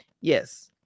Yes